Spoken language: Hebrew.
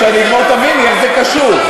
כשאני אגמור, תביני איך זה קשור.